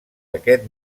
aquest